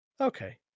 Okay